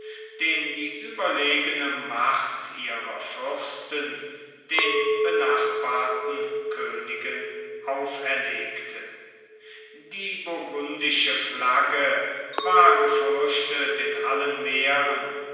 den die überlegene macht ihrer fürsten den benachbarten königen auferlegte die burgundische flagge war gefürchtet in allen meeren